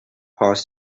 parts